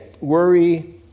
worry